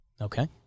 Okay